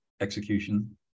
execution